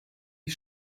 die